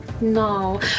No